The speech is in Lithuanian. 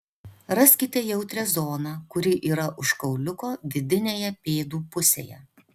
raskite jautrią zoną kuri yra už kauliuko vidinėje pėdų pusėje